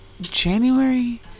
january